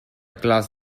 class